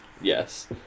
Yes